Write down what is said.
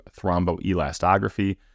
thromboelastography